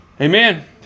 Amen